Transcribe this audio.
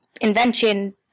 invention